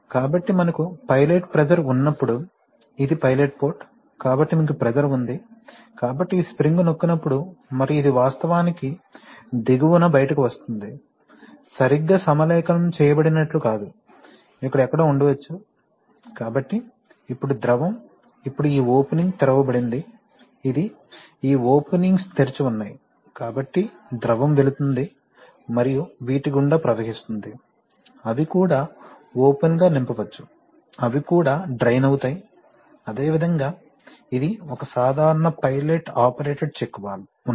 కాబట్టి మనకు pilot pressure ఉన్నప్పుడు ఇది పైలట్ పోర్ట్ కాబట్టి మీకు ప్రెషర్ ఉంది కాబట్టి ఈ స్ప్రింగ్ నొక్కినప్పుడు మరియు ఇది వాస్తవానికి దిగువన బయటకు వస్తుంది సరిగ్గా సమలేఖనం చేయబడినట్లు కాదు ఇక్కడ ఎక్కడో ఉండవచ్చు కాబట్టి ఇప్పుడు ద్రవం ఇప్పుడు ఈ ఓపెనింగ్ తెరవబడింది ఇది ఈ ఓపెనింగ్స్ తెరిచి ఉన్నాయి కాబట్టి ద్రవం వెళుతుంది మరియు వీటి గుండా ప్రవహిస్తుంది అవి కూడా ఓపెన్ గా నింపవచ్చు అవి కూడా డ్రైన్ అవుతాయి అదేవిధంగా ఇది ఒక సాధారణ పైలట్ ఆపరేటెడ్ చెక్ వాల్వ్ ఉన్నాయి